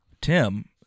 Tim